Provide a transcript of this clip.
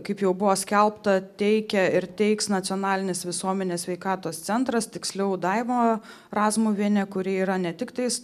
kaip jau buvo skelbta teikia ir teiks nacionalinis visuomenės sveikatos centras tiksliau daiva razmuvienė kuri yra ne tik tais